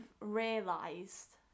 realised